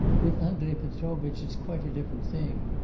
with andrei petrovitch it's quite a different thing.